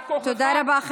תודה רבה,